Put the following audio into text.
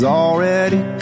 already